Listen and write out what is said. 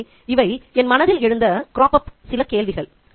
எனவே இவை என் மனதில் எழுந்த சில கேள்விகள்